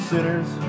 Sinners